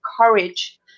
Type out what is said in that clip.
courage